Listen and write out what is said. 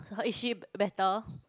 so is she b~ better